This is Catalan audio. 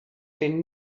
fent